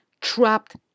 Trapped